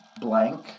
blank